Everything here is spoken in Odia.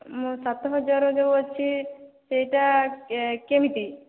ମୁଁ ସାତ ହଜାରର ଯେଉଁ ଅଛି ସେଇଟା କେମିତି